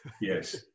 yes